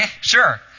sure